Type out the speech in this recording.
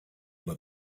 were